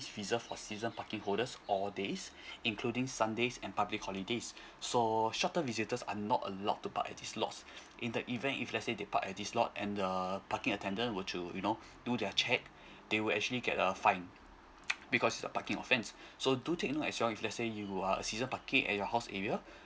is reserved for season parking holders all days including sundays and public holidays so short term visitors are not allowed to park at this lots in the event if let's say they park at this lot and the parking attendant will to you know do their check they will actually get a fine because it's a parking offense so do thing like as well if let's say you are a season parking at your house area